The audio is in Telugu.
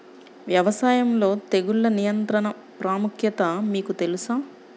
వ్యవసాయంలో తెగుళ్ల నియంత్రణ ప్రాముఖ్యత మీకు తెలుసా?